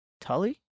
Tully